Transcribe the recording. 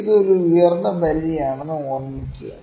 ഇത് ഒരു ഉയർന്ന പരിധിയാണെന്ന് ഓർമ്മിക്കുക